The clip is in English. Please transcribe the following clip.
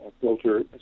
filter